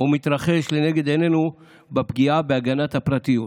ומתרחש לנגד עינינו בפגיעה בהגנת הפרטיות.